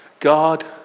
God